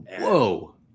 Whoa